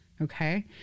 Okay